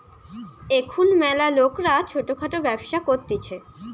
এখুন ম্যালা লোকরা ছোট খাটো ব্যবসা করতিছে